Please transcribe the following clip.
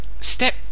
Step